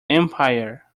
empire